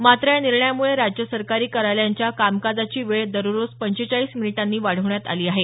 मात्र या निर्णयामुळे राज्य सरकारी कार्यालयांच्या कामकाजाची वेळ दररोज पंचेचाळीस मिनिटांनी वाढवण्यात आली आहे